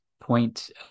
point